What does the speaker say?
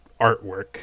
artwork